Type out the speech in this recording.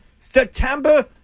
September